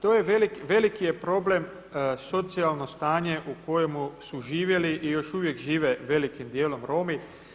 To je veliki, veliki je problem socijalno stanje u kojemu su živjeli i još uvijek žive velikim dijelom Romi.